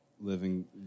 living